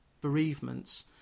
bereavements